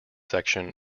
section